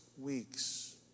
weeks